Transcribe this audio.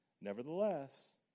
Nevertheless